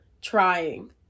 trying